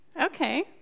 Okay